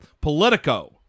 politico